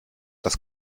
das